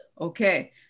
Okay